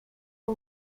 how